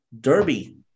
Derby